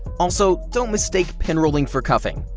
also, don't mistake pinrolling for cuffing.